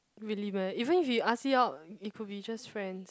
even if he ask you out it it could be just friends